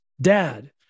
Dad